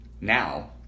Now